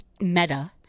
meta